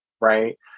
Right